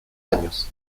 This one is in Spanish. años